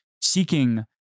seeking